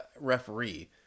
referee